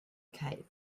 cape